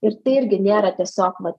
ir tai irgi nėra tiesiog vat